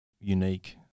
unique